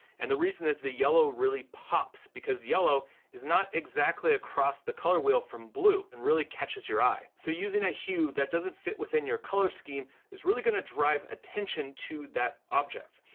and the reason is the yellow really pops because yellow is not exactly across the color wheel from blue and really catches your eye. so using a hue that doesn't fit within your color scheme is really gonna drive attention to that object.